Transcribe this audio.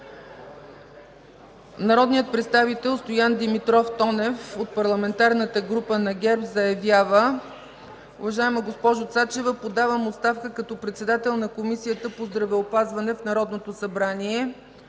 народният представител Стоян Димитров Тонев от Парламентарната група на ГЕРБ заявява: „Уважаема госпожо Цачева, подавам оставка като председател на Комисията по здравеопазване в Народното събрание.